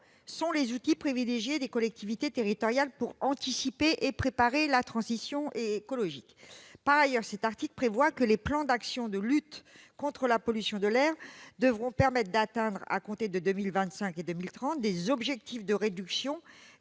sont les outils privilégiés des collectivités territoriales pour anticiper et préparer la transition écologique. Par ailleurs, cet article prévoit que les plans d'action de lutte contre la pollution de l'air devront permettre d'atteindre, à compter de 2025 et 2030, des objectifs de réduction